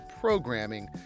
programming